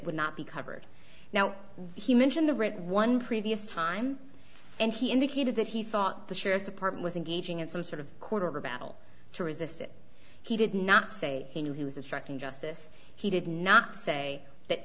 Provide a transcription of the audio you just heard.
would not be covered now he mentioned the right one previous time and he indicated that he thought the sheriff's department was engaging in some sort of quarter of a battle to resist it he did not say he knew he was obstructing justice he did not say that